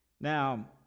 Now